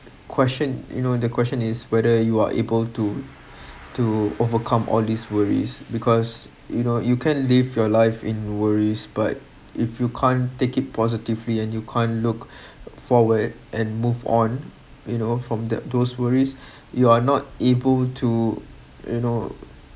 question you know the question is whether you are able to to overcome all these worries because you know you can live your life in worries but if you can't take it positively and you can't look forward and move on you know from that those worries you are not able to you know